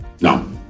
no